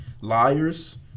liars